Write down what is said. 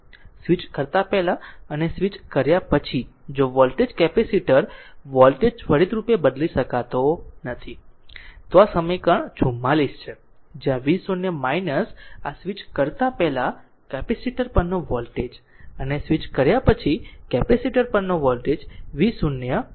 switch કરતા પહેલા અને તે સ્વિચ કર્યા પછી જો વોલ્ટેજ કેપેસિટર વોલ્ટેજ ત્વરિત રૂપે બદલી શકતો નથી તો આ આ સમીકરણ 44 છે જ્યાં v0 સ્વિચ કરતા પહેલા કેપેસિટર પરનો વોલ્ટેજ અને સ્વિચ કર્યા પછી કેપેસિટર પરનો v0 વોલ્ટેજ છે